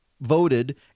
voted